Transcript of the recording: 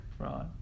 Right